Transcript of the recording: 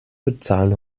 bezahlen